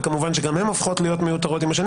וכמובן שגם הן הופכות להיות מיותרות עם השנים